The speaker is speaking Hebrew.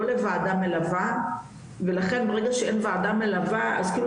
לא לוועדה מלווה ולכן ברגע שאין וועדה מלווה אז כאילו